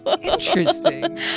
interesting